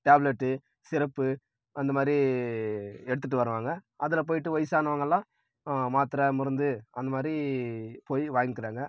tablet syrup அந்தமாதிரி எடுத்துட்டு வருவாங்கள் அதில் போய்ட்டு வயசானவங்கெல்லாம் மாத்தரை மருந்து அந்தமாதிரி போய் வாங்கிக்கிறாங்கள்